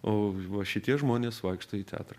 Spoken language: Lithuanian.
o va šitie žmonės vaikšto į teatrą